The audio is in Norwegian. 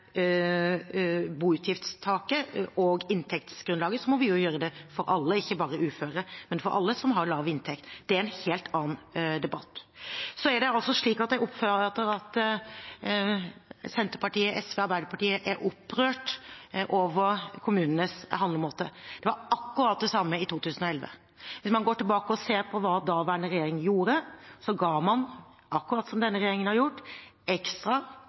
og inntektsgrunnlaget, må vi gjøre det for alle og ikke bare for uføre, men for alle som har lav inntekt. Det er en helt annen debatt. Jeg oppfatter at Senterpartiet, SV og Arbeiderpartiet er opprørt over kommunenes handlemåte. Det var akkurat det samme i 2011. Hvis man går tilbake og ser på hva daværende regjering gjorde, ga man – akkurat som denne regjeringen har gjort – ekstra